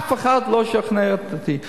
אף אחד לא שכנע אותי.